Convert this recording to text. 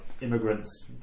immigrants